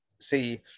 see